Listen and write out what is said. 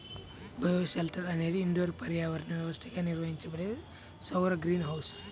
bioshelter అనేది indoor పర్యావరణ వ్యవస్థగా నిర్వహించబడే సౌర గ్రీన్ హౌస్